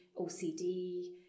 OCD